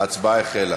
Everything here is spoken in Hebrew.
ההצבעה החלה.